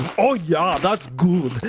oh, yeah! that's good.